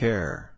Care